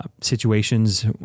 situations